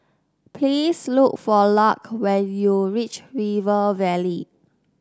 please look for Lark when you reach River Valley